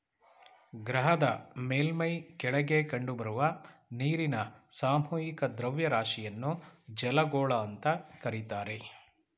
ಗ್ರಹದ ಮೇಲ್ಮೈ ಕೆಳಗೆ ಕಂಡುಬರುವ ನೀರಿನ ಸಾಮೂಹಿಕ ದ್ರವ್ಯರಾಶಿಯನ್ನು ಜಲಗೋಳ ಅಂತ ಕರೀತಾರೆ